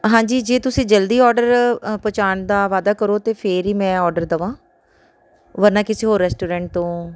ਹਾਂਜੀ ਜੇ ਤੁਸੀਂ ਜਲਦੀ ਔਡਰ ਪਹੁੰਚਾਉਣ ਦਾ ਵਾਅਦਾ ਕਰੋ ਤਾਂ ਫਿਰ ਹੀ ਮੈਂ ਔਡਰ ਦੇਵਾਂ ਵਰਨਾ ਕਿਸੇ ਹੋਰ ਰੈਸਟੋਰੈਂਟ ਤੋਂ